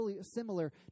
similar